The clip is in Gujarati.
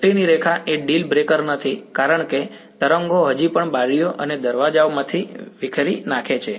દૃષ્ટિની રેખા એ ડીલ બ્રેકર નથી કારણ કે તરંગો હજી પણ બારીઓ અને દરવાજાઓમાંથી વિખેરી નાખે છે